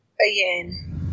again